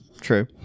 True